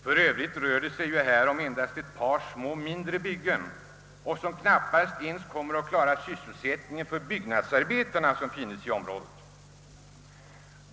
För övrigt rör det sig här endast om ett par mindre nybyggen, som knappast kommer att klara sysselsättningen ens för de byggnadsarbetare som finns i området.